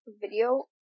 video